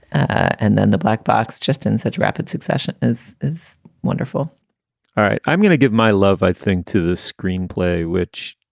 and then the black box just in such rapid succession as is wonderful all right. i'm going to give my love, i think, to a screenplay, which.